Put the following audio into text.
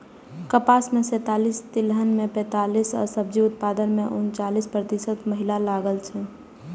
कपास मे सैंतालिस, तिलहन मे पैंतालिस आ सब्जी उत्पादन मे उनचालिस प्रतिशत महिला लागल छै